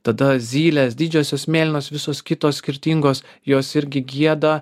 tada zylės didžiosios mėlynos visos kitos skirtingos jos irgi gieda